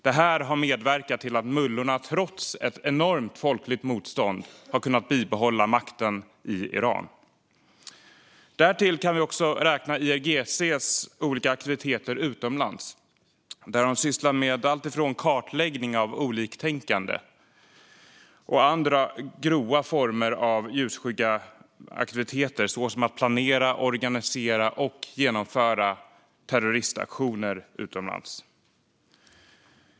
Detta har medverkat till att mullorna har kunnat bibehålla makten i Iran, trots ett enormt folkligt motstånd. Därtill kan vi räkna IRGC:s olika aktiviteter utomlands. De sysslar med alltifrån kartläggning av oliktänkande till andra grova former av ljusskygga aktiviteter, såsom att planera, organisera och genomföra terroristaktioner utomlands.